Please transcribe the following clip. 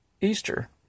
Easter